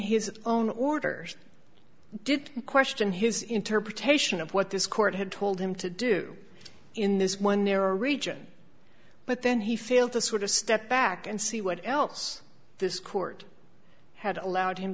his own order did question his interpretation of what this court had told him to do in this one narrow region but then he failed to sort of step back and see what else this court had allowed him